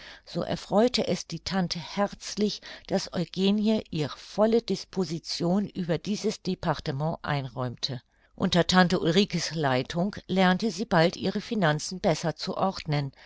so erfreute es die tante herzlich daß eugenie ihr volle disposition über dieses departement einräumte unter tante ulrike's leitung lernte sie bald ihre finanzen besser zu ordnen